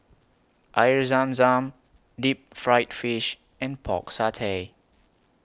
Air Zam Zam Deep Fried Fish and Pork Satay